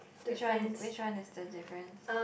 which one which one is the difference